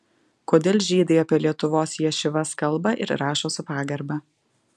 kodėl žydai apie lietuvos ješivas kalba ir rašo su pagarba